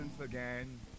again